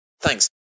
Thanks